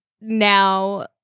now-